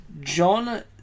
John